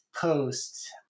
post